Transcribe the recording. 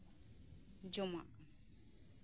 ᱡᱚᱢᱟᱜᱼᱟ